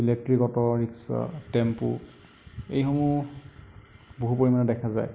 electric auto rickshaw tempo এইসমূহ বহু পৰিমাণে দেখা যায়